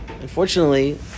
Unfortunately